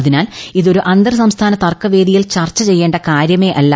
അതിനാൽ ഇതൊരു അന്തർസംസ്ഥാന തർക്ക വേദിയിൽ ചർച്ച ചെയ്യേണ്ട കാര്യമേ അല്ല